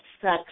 sex